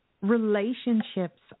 relationships